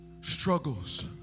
struggles